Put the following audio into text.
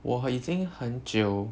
我已经很久